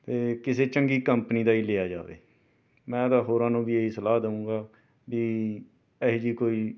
ਅਤੇ ਕਿਸੇ ਚੰਗੀ ਕੰਪਨੀ ਦਾ ਹੀ ਲਿਆ ਜਾਵੇ ਮੈਂ ਤਾਂ ਹੋਰਾਂ ਨੂੰ ਵੀ ਇਹੀ ਸਲਾਹ ਦਊਂਗਾ ਵੀ ਇਹੋ ਜਿਹੀ ਕੋਈ